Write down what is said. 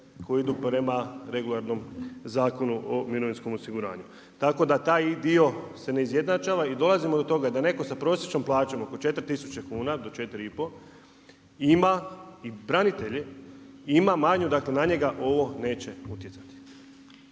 koji idu prema regularnom Zakonu o mirovinskom osiguranju. Tako da taj dio se ne izjednačava i dolazimo do toga da netko sa prosječnom plaćom oko 4 tisuće do 4 i pol, ima i branitelje, ima manju dakle, na njega ovo neće utjecati.